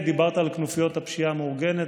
דיברת על כנופיות הפשיעה המאורגנת,